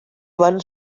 van